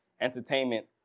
entertainment